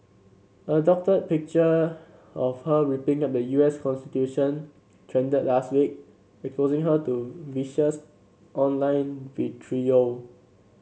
a doctored picture of her ripping up the U S constitution trended last week exposing her to vicious online vitriol